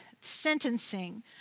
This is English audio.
sentencing